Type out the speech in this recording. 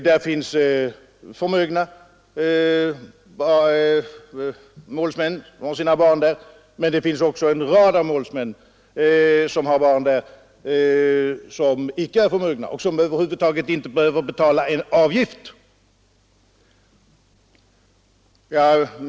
I den skolan går en del barn till förmögna målsmän, men en rad av målsmännen är icke förmögna och behöver över huvud taget inte betala någon avgift.